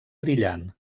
brillant